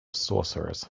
sorcerers